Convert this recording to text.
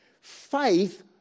faith